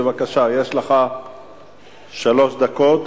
בבקשה, יש לך שלוש דקות,